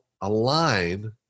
align